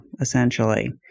essentially